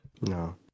No